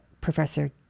Professor